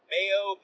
Mayo